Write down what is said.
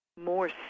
more